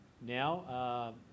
now